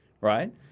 right